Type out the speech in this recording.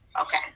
Okay